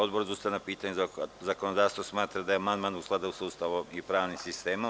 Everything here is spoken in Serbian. Odbor za ustavna pitanja i zakonodavstvo smatra da je amandman u skladu sa Ustavom i pravnim sistemom.